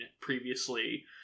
previously